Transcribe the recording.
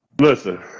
Listen